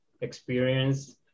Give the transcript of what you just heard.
experience